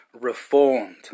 Reformed